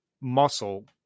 muscle